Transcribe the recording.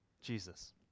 Jesus